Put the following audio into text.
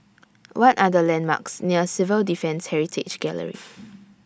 What Are The landmarks near Civil Defence Heritage Gallery